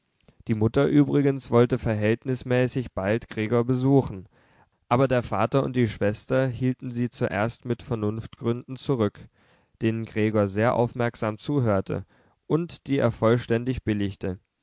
die mutter übrigens wollte verhältnismäßig bald gregor besuchen aber der vater und die schwester hielten sie zuerst mit vernunftgründen zurück denen gregor sehr aufmerksam zuhörte und die er vollständig billigte